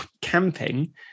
camping